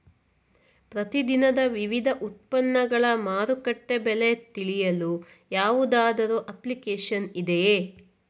ಪ್ರತಿ ದಿನದ ವಿವಿಧ ಉತ್ಪನ್ನಗಳ ಮಾರುಕಟ್ಟೆ ಬೆಲೆ ತಿಳಿಯಲು ಯಾವುದಾದರು ಅಪ್ಲಿಕೇಶನ್ ಇದೆಯೇ?